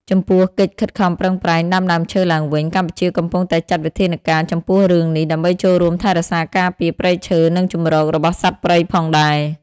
ចំពោះកិច្ចខិតខំប្រឹងប្រែងដាំដើមឈើឡើងវិញ កម្ពុជាកំពុងតែចាត់វិធានការចំពោះរឿងនេះដើម្បីចូលរួមថែរក្សាការពារព្រៃឈើនិងជម្រករបស់សត្វព្រៃផងដែរ។